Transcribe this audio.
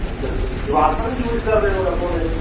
ਅੱਛਾ ਅੱਛਾ ਜਵਾਕ ਤਾਂ ਨੀ ਯੂਜ ਕਰਦੇ ਤੁਹਾਡਾ ਫੋਨ ਇਹ